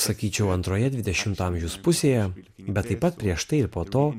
sakyčiau antroje dvidešimto amžiaus pusėje bet taip pat prieš tai ir po to